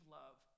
love